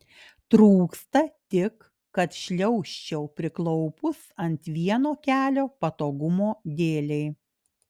trūksta tik kad šliaužčiau priklaupus ant vieno kelio patogumo dėlei